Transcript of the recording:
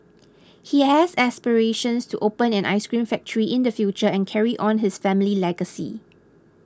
he has aspirations to open an ice cream factory in the future and carry on his family legacy